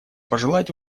пожелать